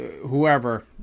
whoever